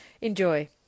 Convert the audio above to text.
Enjoy